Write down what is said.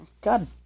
God